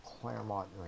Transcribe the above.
Claremont